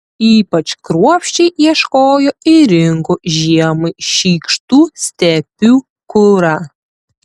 ypač kruopščiai ieškojo ir rinko žiemai šykštų stepių kurą